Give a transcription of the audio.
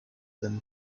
them